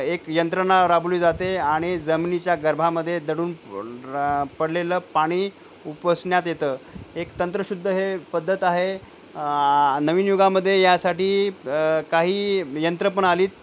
एक यंत्रणा राबवली जाते आणि जमिनीच्या गर्भामध्ये दडून रा पडलेलं पाणी उपसण्यात येतं एक तंत्रशुद्ध हे पद्धत आहे नवीन युगामध्ये यासाठी काही यंत्र पण आली आहेत